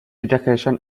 education